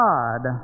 God